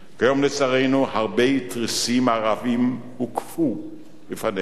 כיום, לצערנו, הרבה תריסים ערביים הוגפו בפנינו.